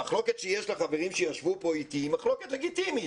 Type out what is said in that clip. המחלוקת שיש לחברים שישבו פה איתי היא מחלוקת לגיטימית,